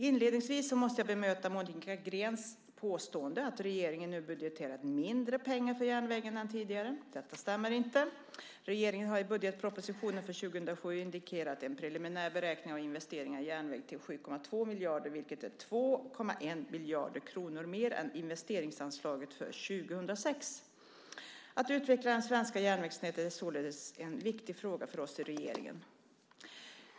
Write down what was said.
Inledningsvis måste jag bemöta Monica Greens påstående att regeringen nu budgeterat mindre pengar för järnvägen än tidigare år. Detta stämmer inte. Regeringen har i budgetpropositionen för 2007 indikerat en preliminär beräkning av investeringar i järnväg till 7,2 miljarder kronor vilket är 2,1 miljard kronor mer än investeringsanslaget för 2006. Att utveckla det svenska järnvägsnätet är således en viktig fråga för oss i regeringen.